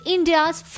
India's